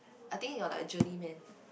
I think you're like a journey man